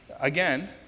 again